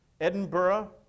Edinburgh